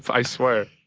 i swear.